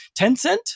Tencent